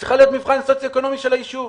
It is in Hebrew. צריך להיות מבחן סוציו-אקונומי של היישוב.